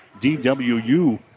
DWU